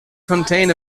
contain